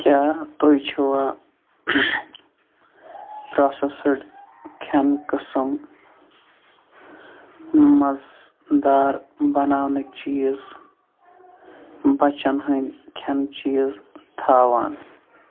کیٛاہ تُہۍ چھِوا پرٛوسیٚسڈ کھٮ۪ن قٕسٕم مزٕدار بناونٕکۍ چیٖز بَچن ہٕنٛدۍ کھٮ۪نہٕ چیٖز تھاوان